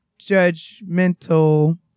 judgmental